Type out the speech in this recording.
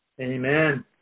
Amen